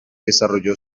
desarrolló